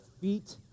feet